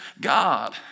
God